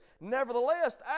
nevertheless